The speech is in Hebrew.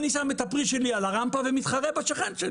אני שם את הפרי שלי על הרמפה ומתחרה בשכן שלי,